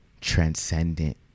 transcendent